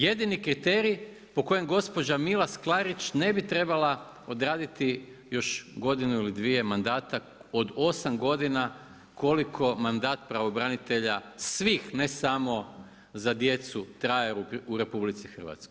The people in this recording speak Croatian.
Jedini kriterij po kojem gospođa Milas Klarić ne bi trebala odraditi još godinu ili dvije mandata od osam godina koliko mandat pravobranitelja svih ne samo za djecu traje u RH.